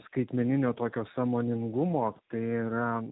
skaitmeninio tokio sąmoningumo tai yra